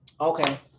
Okay